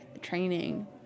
training